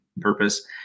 purpose